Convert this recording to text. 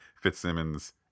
FitzSimmons